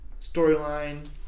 storyline